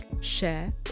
share